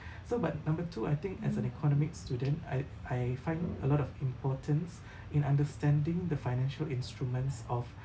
so but number two I think as an economic student I I find a lot of importance in understanding the financial instruments of